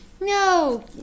No